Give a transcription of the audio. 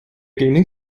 gaming